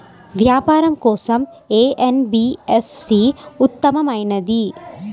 వ్యాపారం కోసం ఏ ఎన్.బీ.ఎఫ్.సి ఉత్తమమైనది?